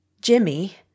Jimmy